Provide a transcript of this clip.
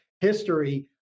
history